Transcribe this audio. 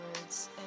words